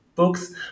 Books